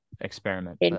experiment